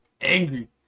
Angry